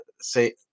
say